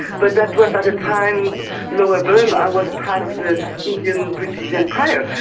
but that was at a time lower burma was part of the indian british empire,